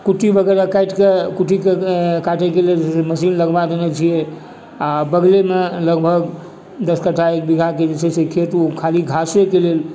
कुट्टी वगैरह काटिके कुट्टीके काटैके लेल जे छै से मशीन लगबा देने छियै आओर बगलेमे लगभग दस कट्ठा एक बीघा के जे छै से खेत ओ खाली घासेके लेल